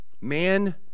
Man